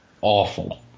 Awful